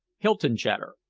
hylton chater.